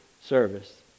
service